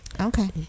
Okay